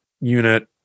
unit